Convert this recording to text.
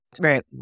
Right